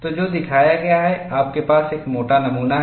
तो जो दिखाया गया है आपके पास एक मोटा नमूना है